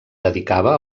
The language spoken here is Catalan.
dedicava